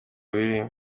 biri